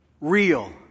real